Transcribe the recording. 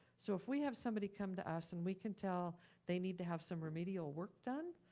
so if we have somebody come to us and we can tell they need to have some remedial work done,